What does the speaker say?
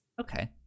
Okay